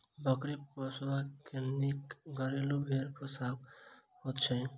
बकरी पोसबा सॅ नीक घरेलू भेंड़ पोसब होइत छै